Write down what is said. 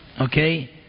Okay